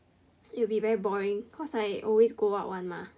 it will be very boring cause I always go out one mah